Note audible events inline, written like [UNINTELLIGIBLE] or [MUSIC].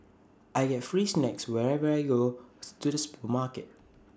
I get free snacks whenever I go [UNINTELLIGIBLE] to the supermarket